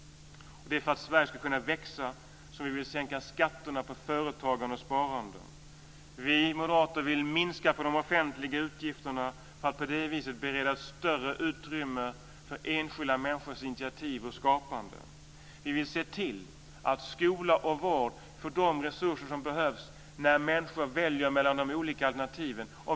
Det är för att Sverige ska kunna växa som vi vill sänka skatterna på företagande och sparande. Vi moderater vill minska på de offentliga utgifterna, för att på det viset bereda större utrymme för enskilda människors initiativ och skapande. Vi vill se till att skola och vård får de resurser som behövs när människor väljer mellan de olika alternativen.